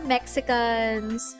Mexicans